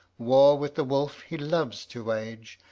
war with the wolf he loves to wage,